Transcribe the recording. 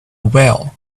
will